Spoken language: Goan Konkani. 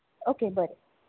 ओके बरें